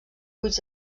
buits